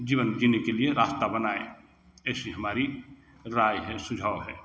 जीवन जीने के लिए रास्ता बनाए ऐसी हमारी राय है सुझाव है